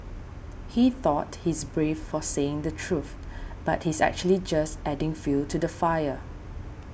he thought he's brave for saying the truth but he's actually just adding fuel to the fire